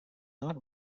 not